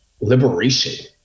liberation